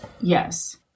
Yes